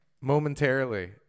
momentarily